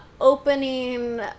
opening